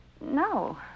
No